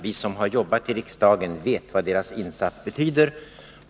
Vi som har jobbat i riksdagen vet vad deras insatser betyder.